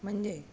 म्हणजे